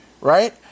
Right